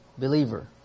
believer